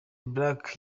black